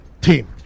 Team